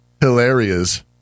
hilarious